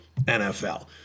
NFL